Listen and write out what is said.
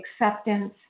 acceptance